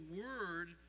word